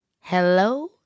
Hello